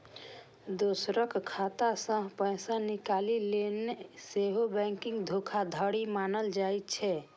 दोसरक खाता सं पैसा निकालि लेनाय सेहो बैंकिंग धोखाधड़ी मानल जाइ छै